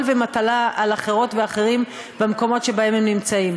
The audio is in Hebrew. ולמטלה על אחרות ואחרים במקומות שבהם הם נמצאים.